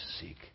seek